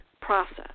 process